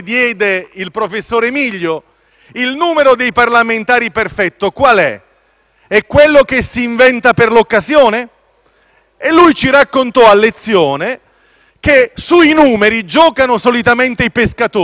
È quello che si inventa per l'occasione? Ci raccontò, a lezione, che sui numeri giocano solitamente i pescatori, quando devono farsi credere sull'oggetto del pescato, per esempio una carpa: